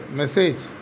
message